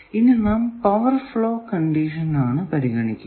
ഇനി നാം power flow condition ആണ് പരിഗണിക്കുന്നത്